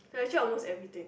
like actually almost everything